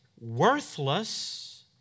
worthless